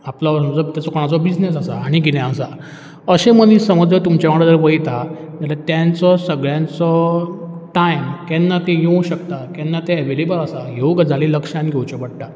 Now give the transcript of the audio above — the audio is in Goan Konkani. आपलो जो ताचो कोणाचो बिजनस आसा आनी कितें आसा अशें मनीस समज जर तुमच्या वांगडा जर वयता जाल्या तेंचो सगळ्यांचो टायम केन्ना ते येवंक शकता केन्ना ते एवेलेबल आसा ह्यो गजाली लक्षांत घेवच्यो पडटात